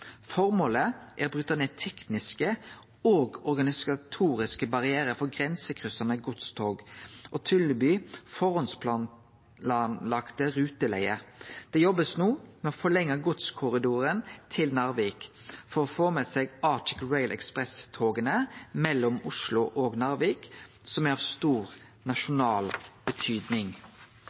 er å bryte ned tekniske og organisatoriske barrierar for grensekryssande godstog og tilby førehandsplanlagde ruteleier. Det blir no jobba med å forlengje godskorridoren til Narvik for å få med seg Arctic Rail Express-toga mellom Oslo og Narvik, noko som er av stor nasjonal betydning.